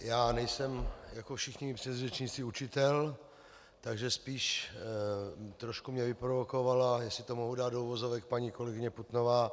Já nejsem jako všichni předřečníci učitel, takže spíš mě trošku vyprovokovala, jestli to mohu dát do uvozovek, paní kolegyně Putnová.